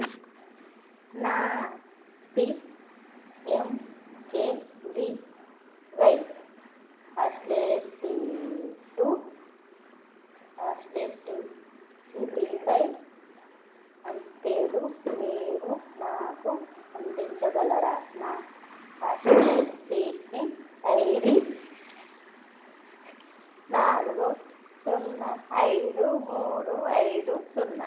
నా P M K V why స్థితిపై update మీరు నాకు అందించగలరా నా ఐ డి నాలుగు సున్నా ఐదు మూడు ఐదు సున్నా